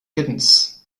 kittens